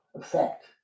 effect